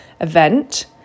event